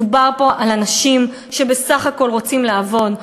מדובר פה על אנשים שבסך הכול רוצים לעבוד,